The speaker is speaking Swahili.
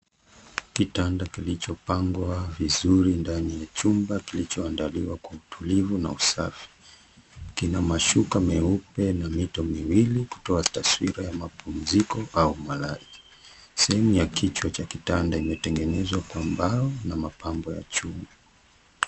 Kitanda kilichopangwa vizuri ndani ya chumba kilichoandaliwa kwa utulivu na usafi. Kina mashuka meupe na mito miwili kutoa taswira ya mapumziko au malazi. Sehemu ya kichwa cha kitanda imetengenzwa kwa mbao na mapambo ya chuma.